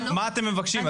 מה אתם מבקשים?